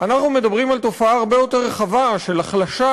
אנחנו מדברים על תופעה הרבה יותר רחבה של החלשה,